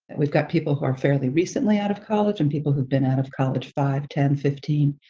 we've got people who are fairly recently out of college and people who've been out of college five, ten, fifteen,